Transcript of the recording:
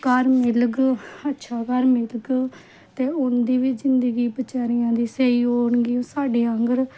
घर मिलग ते हुंदी बिचारियां दी जिंदगी स्हेई होग साढ़े आंगर